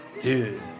Dude